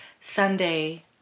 Sunday